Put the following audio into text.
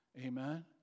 Amen